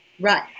Right